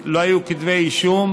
לא היו כתבי אישום,